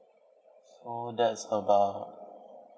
so that's about